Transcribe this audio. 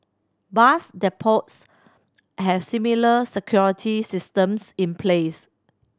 bus depots have similar security systems in place